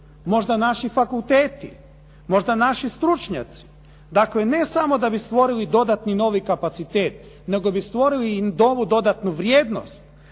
možda naši fakulteti, možda naši stručnjaci. Dakle, ne samo da bi stvorili novi dodatni kapacitet, nego bi stvorili i novu dodatnu vrijednost.